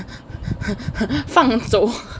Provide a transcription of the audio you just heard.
放走